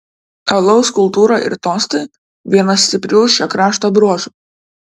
alaus kultūra ir tostai vienas stiprių šio krašto bruožų